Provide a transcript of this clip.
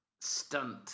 stunt